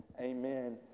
Amen